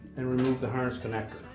and remove the harness connector.